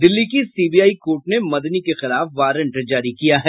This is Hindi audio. दिल्ली की सीबीआई कोर्ट ने मदनी के खिलाफ वारंट जारी किया है